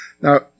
Now